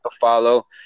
Follow